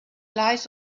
lies